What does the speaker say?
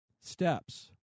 steps